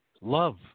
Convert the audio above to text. Love